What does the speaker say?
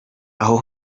aho